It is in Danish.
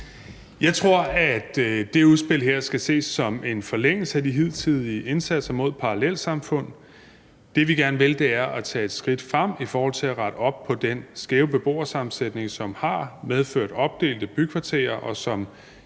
Jeg tror, at det her udspil skal ses som en forlængelse af de hidtidige indsatser mod parallelsamfund. Det, vi gerne vil, er at tage et skridt frem i forhold til at rette op på den skæve beboersammensætning, som har medført opdelte bykvarterer, og som